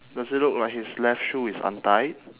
does it look like his left shoe is untied